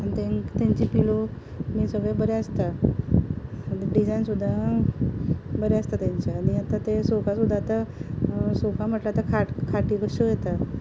आनी तेंचे पिलो हें सगलें बरें आसता डिजायन सुद्दां बरे आसता तेंचे आनी आतां ते सोफा सुद्दां आतां सोफा म्हणल्या आतां खाट खाटी कश्यो येता